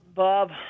Bob